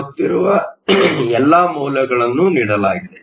ಗೊತ್ತಿರುವ ಎಲ್ಲ ಮೌಲ್ಯಗಳನ್ನು ನೀಡಲಾಗಿದೆ